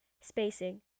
Spacing